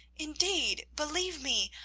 indeed, believe me,